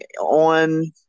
on